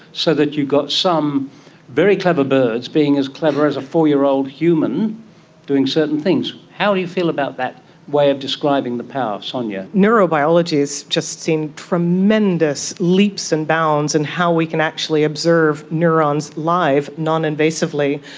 so that you've got some very clever birds being as clever as a four-year-old human doing certain things. how do you feel about that way of describing the power, sonia? neurobiology has just seen tremendous leaps and bounds in and how we can actually observe neurons live, noninvasively,